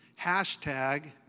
hashtag